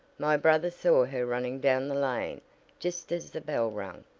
my brother saw her running down the lane just as the bell rang,